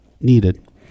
needed